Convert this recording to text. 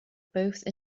both